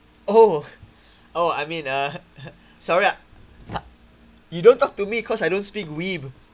oh oh I mean uh sorry I you don't talk to me because I don't speak weeb